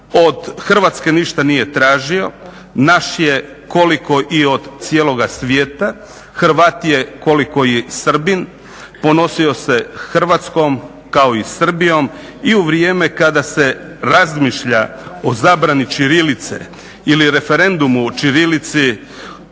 od Hrvatske ništa nije tražio, naš je koliko i od cijeloga svijeta, Hrvat je koliko je i Srbin, ponosio se Hrvatskom kao i Srbijom i u vrijeme kada se razmišlja o zabrani ćirilice ili referendumu o ćirilici